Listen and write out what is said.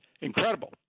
incredible